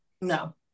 No